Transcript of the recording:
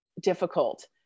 difficult